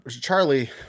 Charlie